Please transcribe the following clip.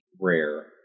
rare